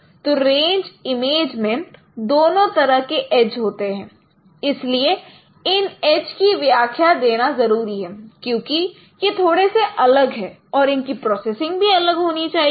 तो range image में दोनों तरह के एज होते हैं इसलिए इन एज की व्याख्या देना जरूरी है क्योंकि यह थोड़े से अलग है और इनकी प्रोसेसिंग भी अलग होनी चाहिए